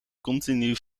continu